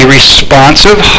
responsive